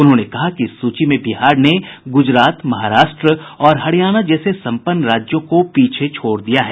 उन्होंने कहा कि इस सूची में बिहार ने गुजरात महाराष्ट्र और हरियाणा जैसे सम्पन्न राज्यों को पीछे छोड़ दिया है